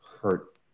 hurt